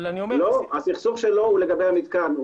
לא, הסכסוך שלו הוא לגבי המתקן.